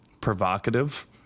provocative